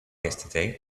yesterday